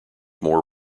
more